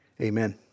amen